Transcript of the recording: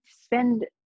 spend